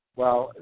well,